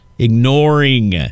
ignoring